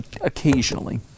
occasionally